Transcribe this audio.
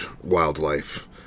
wildlife